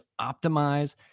optimize